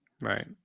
right